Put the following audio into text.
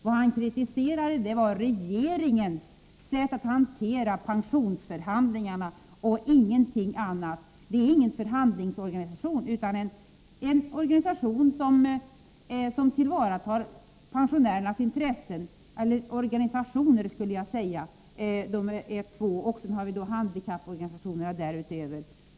Vad han kritiserade var regeringens sätt att hantera pensionsförhandlingarna och ingenting annat. Dessa organisationer — de båda pensionärsorganisatio 137 nerna och handikapporganisationerna därutöver — är inte några förhandlingsorganisationer utan organisationer som tillvaratar pensionärernas intressen.